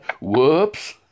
Whoops